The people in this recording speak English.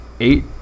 eight